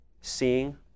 seeing